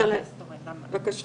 בבקשה